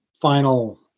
final